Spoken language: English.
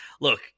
Look